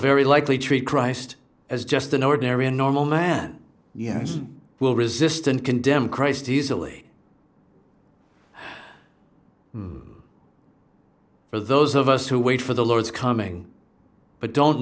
very likely treat christ as just an ordinary a normal man yet will resist and condemn christ easily for those of us who wait for the lord's coming but don't